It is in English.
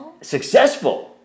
successful